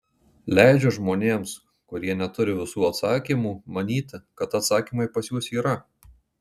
leidžia žmonėms kurie neturi visų atsakymų manyti kad atsakymai pas juos yra